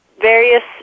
various